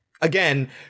Again